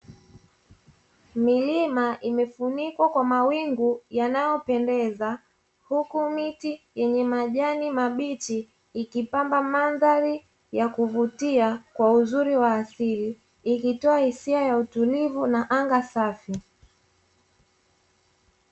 Milima imefunikwa kwa mawingu yanayopendeza, huku miti yenye majani mabichi ikipamba mandhari ya kuvutia kwa uzuri wa asili ikitoa hisia ya utulivu na anga safi.